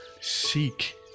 seek